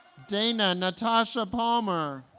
dana natasha palmer